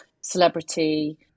celebrity